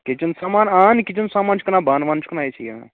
kitchen سامان آ یہِ کِچَن سامان چھِ کٕنان بانہٕ وانہٕ چھِ کٕنان أسی ین